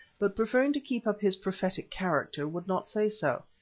but preferring to keep up his prophetic character would not say so.